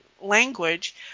language